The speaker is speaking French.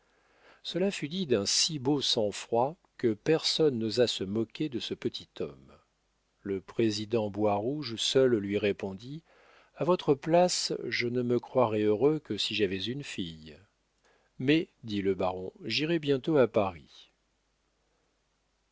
cela fut dit d'un si beau sang-froid que personne n'osa se moquer de ce petit homme le président boirouge seul lui répondit a votre place je ne me croirais heureux que si j'avais une fille mais dit le baron j'irai bientôt à paris